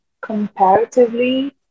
comparatively